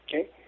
okay